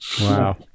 Wow